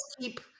keep